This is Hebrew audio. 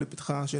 בבקשה.